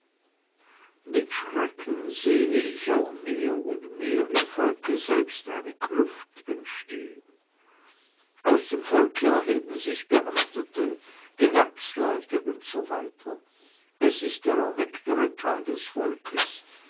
mit schrecken sehe ich auch mehr und mehr im volke selbst eine kluft entstehen aus dem volke erheben sich beamtete gewerbsleute usw es ist der erwecktere teil des volkes